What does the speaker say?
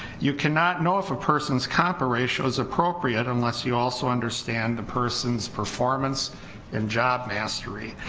you cannot know if a person's compa ratio is appropriate unless you also understand the person's performance and job mastery.